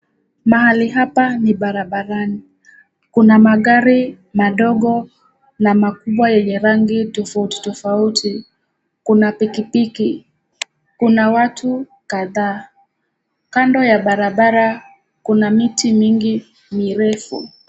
Mahali hapa ni barabarani. Kuna magari madogo na makubwa yenye rangi tofautitofauti, kuna pikipiki, kuna watu kadhaa. Kando ya barabara kuna miti mingi mirefu.